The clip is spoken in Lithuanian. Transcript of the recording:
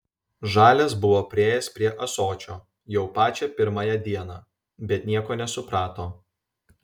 žalias buvo priėjęs prie ąsočio jau pačią pirmąją dieną bet nieko nesuprato